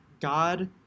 God